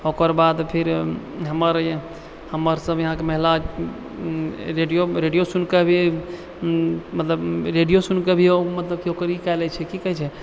ओकर बाद फिर हमर हमर सब यहाँके महिला रेडियो रेडियो सुनके भी मतलब रेडियो सुनके भी मतलब ओकर ई कए लै छै की कहै छै